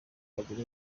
bigira